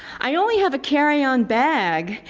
i only have a carry-on bag!